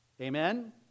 Amen